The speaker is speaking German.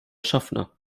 schaffner